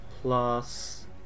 plus